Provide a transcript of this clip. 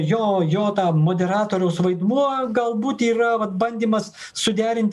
jo jo tą moderatoriaus vaidmuo galbūt yra bandymas suderint